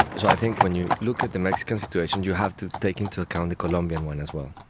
so i think when you look at the mexican situation you have to take into account the colombian one as well.